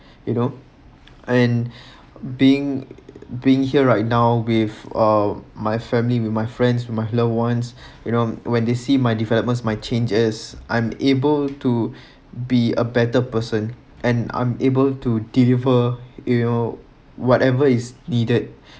you know and being being here right now with uh my family with my friends with my loved ones you know when they see my developments my changes I’m able to be a better person and I’m able to deliver you know whatever is needed